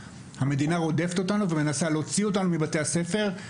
היא רודפת אותנו ומנסה להוציא אותנו מבתי הספר,